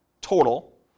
total